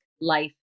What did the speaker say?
life